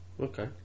Okay